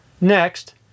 Next